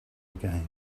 again